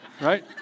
right